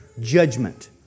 judgment